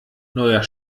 neuer